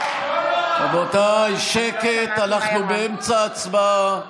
רבותיי, שקט, אנחנו באמצע הצבעה.